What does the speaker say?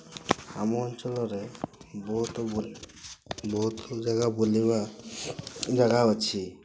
ଆମ ଅଞ୍ଚଳରେ ବହୁତ ବହୁତ ଜାଗା ବୁଲିବା ଜାଗା ଅଛି